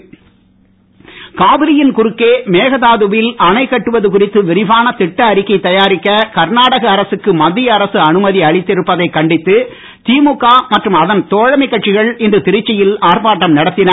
ஸ்டாலின் காவிரியின் குறுக்கே மேகதாதுவில் அணை கட்டுவது குறித்துவிரிவான திட்ட அறிக்கை தயாரிக்க கர்நாடக அரசுக்கு மத்திய அரசு அனுமதி அளித்திருப்பதைக் கண்டித்து திமுக மற்றும் அதன் தோழமைக் கட்சிகள் இன்று திருச்சியில் ஆர்ப்பாட்டம் நடத்தின